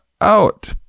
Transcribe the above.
out